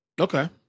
Okay